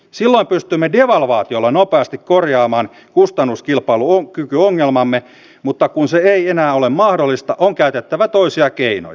silloin pystyimme devalvaatiolla nopeasti korjaamaan kustannuskilpailukykyongelmamme mutta kun se ei enää ole mahdollista on käytettävä toisia keinoja